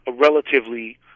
relatively